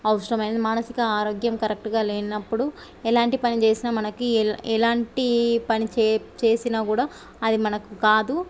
అవసరమైనది మానసిక ఆరోగ్యం కరెక్ట్గా లేనప్పుడు ఎలాంటి పని చేసిన మనకి ఎలాంటి పని చే చేసినా కూడా అది మనకు కాదు